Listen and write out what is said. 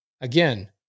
again